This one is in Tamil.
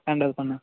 ஹேண்ட்ஓவர் பண்ணு